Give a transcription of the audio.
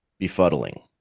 befuddling